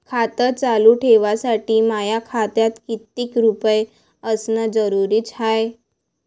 खातं चालू ठेवासाठी माया खात्यात कितीक रुपये असनं जरुरीच हाय?